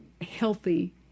healthy